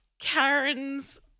Karen's